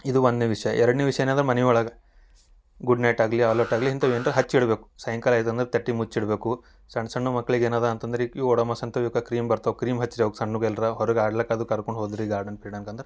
ಇದು ಒಂದನೇ ವಿಷಯ ಎರಡನೇ ವಿಷಯ ಏನದ ಮನೆ ಒಳಗೆ ಗುಡ್ ನೈಟ್ ಆಗಲಿ ಆಲ್ ಔಟ್ ಆಗಲಿ ಇಂತವೇನ್ರ ಹಚ್ಚಿಡ್ಬೇಕು ಸಾಯಂಕಾಲ ಎದನ ತಟ್ಟಿ ಮುಚ್ಚಿಡ್ಬಕು ಸಣ್ಣ ಸಣ್ಣ ಮಕ್ಕಳಿಗೆ ಏನದ ಅಂತಂದ್ರ ಇವು ಒಡೊಮೋಸ್ ಅಂಥವು ಇವುಕ ಕ್ರೀಮ್ ಬರ್ತಾವು ಕ್ರೀಮ್ ಹಚ್ರೀ ಅವುಕ ಸಣ್ಣುವುಗೆಲ್ರ ಹೊರಗ ಆಡ್ಲಕ್ ಅದೂ ಕರ್ಕೊಂಡು ಹೋದ್ರಿ ಗಾರ್ಡನ್ ಪೀರ್ಡನ್ಗ್ ಅಂದ್ರ